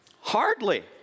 Hardly